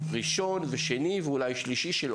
אם הנציגים יכולים לתת לנו,